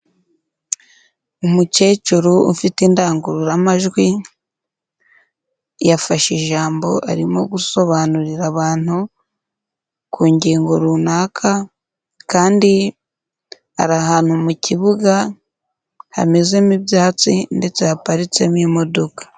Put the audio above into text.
Umukecuru ufite indangururamajwi, yafashe ijambo arimo gusobanurira abantu ku ngingo runaka, kandi ari ahantu mu kibuga hamezemo ibyatsi ndetse haparitsemo imodoka.